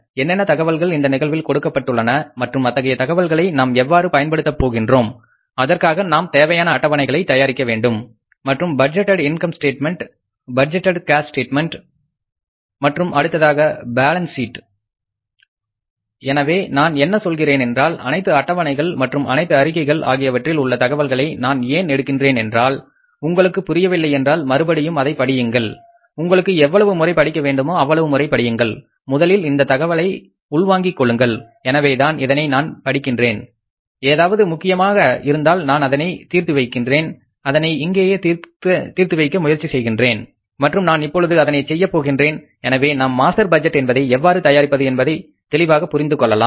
என்னென்ன தகவல்கள் இந்த நிகழ்வில் கொடுக்கப்பட்டுள்ளன மற்றும் அத்தகைய தகவல்களை நாம் எவ்வாறு பயன்படுத்த போகின்றோம் அதற்காக நாம் தேவையான அட்டவணைகளை தயாரிக்க வேண்டும் மற்றும் budgeted income statement budgeted cash statement மற்றும் அடுத்ததாக பேலன்ஸ் சீட் எனவே நான் என்ன சொல்கிறேன் என்றால் அனைத்து அட்டவணைகள் மற்றும் அனைத்து அறிக்கைகள் ஆகியவற்றில் உள்ள தகவல்களை நான் ஏன் எடுக்கின்றேன் என்றாள் உங்களுக்கு புரியவில்லை என்றால் மறுபடியும் இதை படியுங்கள் உங்களுக்கு எவ்வளவு முறை படிக்க வேண்டுமோ அவ்வளவு முறை படியுங்கள் முதலில் இந்த தகவல்களை உள்வாங்கிக் கொள்ளுங்கள் எனவேதான் இதனை நான் படிக்கின்றேன் ஏதாவது முக்கியமானதாக இருந்தால் நான் அதனை தீர்த்து வைக்கிறேன் அதனை இங்கேயே தீர்த்து வைக்க முயற்சி செய்கின்றேன் மற்றும் நான் இப்பொழுது அதனை செய்யப் போகின்றேன் எனவே நாம் மாஸ்டர் பட்ஜெட் என்பதை எவ்வாறு தயாரிப்பது என்பதை தெளிவாக புரிந்து கொள்ளலாம்